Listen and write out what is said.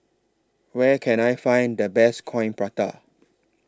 Where Can I Find The Best Coin Prata